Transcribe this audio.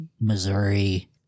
missouri